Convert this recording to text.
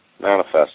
Manifest